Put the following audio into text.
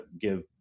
give